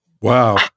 wow